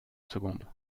seconde